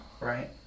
Right